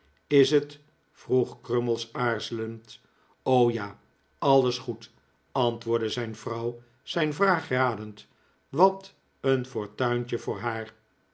is het vroeg crummies aarzelend ja alles goed antwoordde zijn vrouw zijn vraag radend wat een fortuintje voor haar